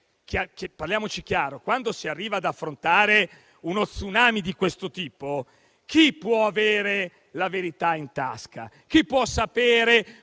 quando si arriva ad affrontare uno *tsunami* di questo tipo chi può avere la verità in tasca? Chi può sapere